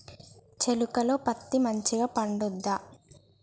చేలుక లో పత్తి మంచిగా పండుద్దా?